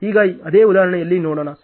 ಈಗ ಅದೇ ಉದಾಹರಣೆಯನ್ನು ನೋಡೋಣ